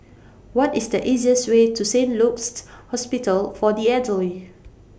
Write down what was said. What IS The easiest Way to Saint Luke's Hospital For The Elderly